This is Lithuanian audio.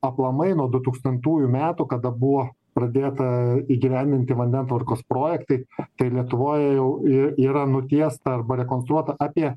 aplamai nuo du tūkstantųjų metų kada buvo pradėta įgyvendinti vandentvarkos projektai tai lietuvoj jau y yra nutiesta arba rekonstruota apie